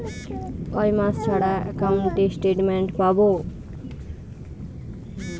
কয় মাস ছাড়া একাউন্টে স্টেটমেন্ট পাব?